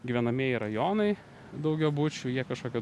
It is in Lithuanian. gyvenamieji rajonai daugiabučių jie kažkokie